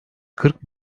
kırk